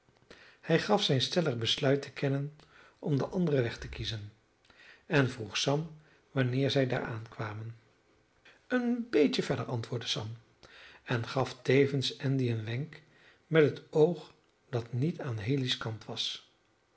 hij gaf zijn stellig besluit te kennen om den anderen weg te kiezen en vroeg sam wanneer zij daar aankwamen een beetje verder antwoordde sam en gaf tevens andy een wenk met het oog dat niet aan haley's kant was